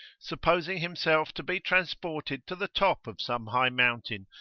supposing himself to be transported to the top of some high mountain,